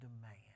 demand